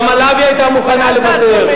גם עליו היא היתה מוכנה לוותר,